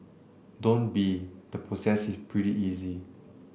don't be the process is pretty easy